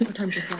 time's your